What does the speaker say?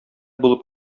булып